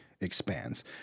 expands